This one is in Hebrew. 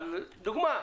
דוגמה.